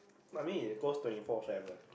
I mean it close twenty four seven